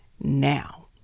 now